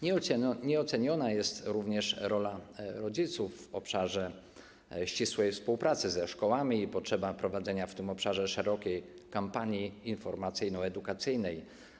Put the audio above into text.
Nieoceniona jest również rola rodziców w obszarze ścisłej współpracy ze szkołami i potrzeba prowadzenia w tym obszarze szerokiej kampanii informacyjno-edukacyjnej.